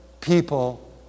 people